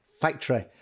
factory